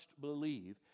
believe